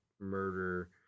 murder